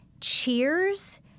cheers